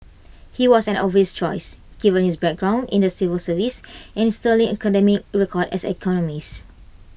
he was an obvious choice given his background in the civil service and his sterling academic record as an economist